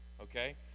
okay